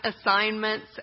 assignments